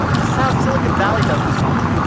this is how silicon valley does design,